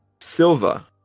Silva